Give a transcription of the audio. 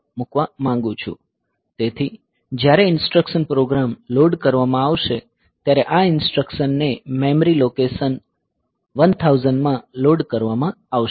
તેથી જ્યારે instruction program load કરવામાં આવશે ત્યારે આ ઇન્સટ્રકસને મેમરી લોકેશન 1000 માં લોડ કરવામાં આવશે